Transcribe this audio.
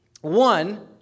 One